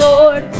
Lord